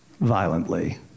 violently